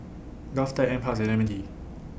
Govtech NParks and M N D